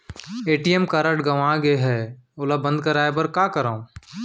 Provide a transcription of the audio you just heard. ATM card गंवा गे है ओला बंद कराये बर का करंव?